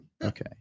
Okay